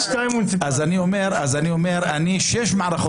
זה באמת מעיד